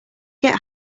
get